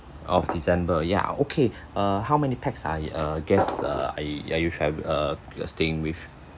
of december ya okay err how many pax are err guest err are are you trave~ err you are staying with